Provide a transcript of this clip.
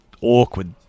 awkward